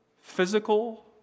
physical